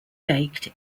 baked